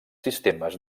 sistemes